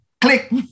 Click